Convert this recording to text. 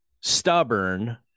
stubborn